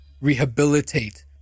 rehabilitate